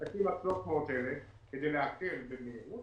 עסקים עד 300,000 כדי להקל במהירות,